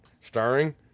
Starring